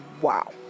Wow